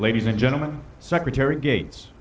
ladies and gentlemen secretary gates